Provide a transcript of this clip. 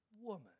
woman